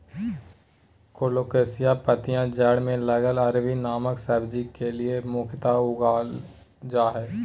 colocasia पत्तियां जड़ में लगल अरबी नामक सब्जी के लिए मुख्यतः उगाल जा हइ